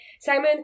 Simon